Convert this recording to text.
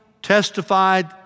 testified